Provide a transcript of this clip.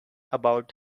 about